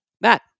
Matt